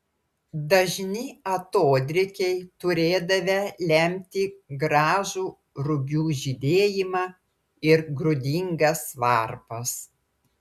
dažni atodrėkiai turėdavę lemti gražų rugių žydėjimą ir grūdingas varpas